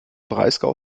breisgau